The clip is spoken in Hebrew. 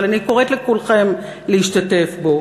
אבל אני קוראת לכולכם להשתתף בו.